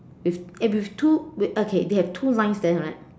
it's eh with two okay they have two lines there right